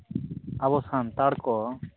ᱟᱵᱚ ᱥᱟᱱᱛᱟᱲ ᱠᱚ